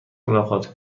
ملاقات